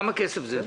כמה כסף זה?